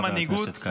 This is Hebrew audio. חבר הכנסת כץ.